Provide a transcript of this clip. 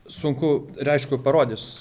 sunku ir aišku parodys